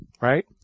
Right